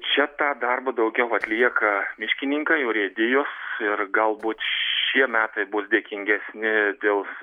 čia tą darbą daugiau atlieka miškininkai urėdijos ir galbūt šie metai bus dėkingesni dėl